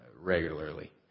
regularly